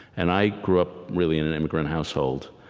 and i grew up really in an immigrant household,